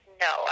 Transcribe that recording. No